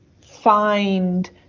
find